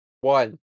one